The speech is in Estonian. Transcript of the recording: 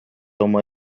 oma